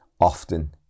often